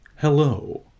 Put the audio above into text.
Hello